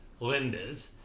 Lindas